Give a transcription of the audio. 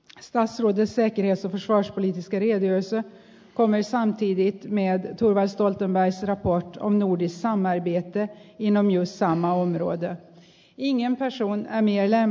mistä soita sekin että basrassa oli kirja jossa koneissaan siivittämiä turvaistuin tyrmäisivät voittoon uudessa mediatyön hinnan jos joitain arvioita valmistumisaikataulusta ja sisällöstä